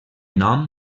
nom